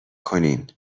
کنین